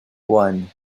one